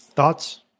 Thoughts